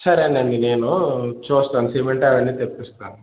సరేనండి నేను చూస్తాను సిమెంటూ అవన్నీ తెప్పిస్తాను